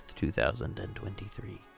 2023